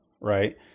Right